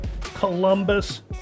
Columbus